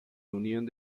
unión